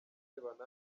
sebanani